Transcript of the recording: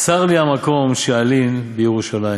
'צר לי המקום שאלין בירושלים'.